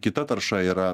kita tarša yra